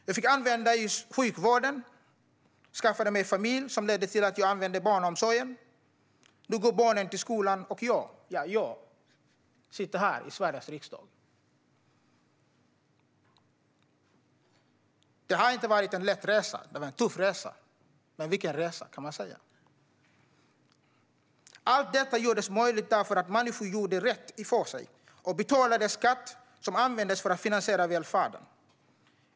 Jag använde sjukvården, och jag skaffade mig familj vilket ledde till att jag använde barnomsorg. Nu går barnen till skolan, och jag - jag! - sitter i Sveriges riksdag. Det har inte varit en lätt resa. Den var tuff, men vilken resa! Allt detta gjordes möjligt därför att människor gjorde rätt för sig och betalade skatt som användes för att finansiera välfärden.